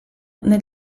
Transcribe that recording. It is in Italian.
nel